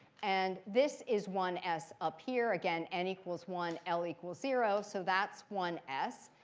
and this is one s up here. again, n equals one. l equals zero. so that's one s.